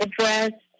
address